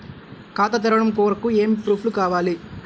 ఖాతా తెరవడం కొరకు ఏమి ప్రూఫ్లు కావాలి?